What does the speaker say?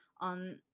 on